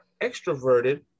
extroverted